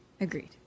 Agreed